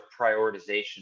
prioritization